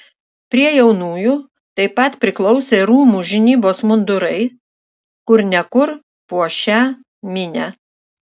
prie jaunųjų taip pat priklausė rūmų žinybos mundurai kur ne kur puošią minią